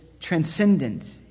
transcendent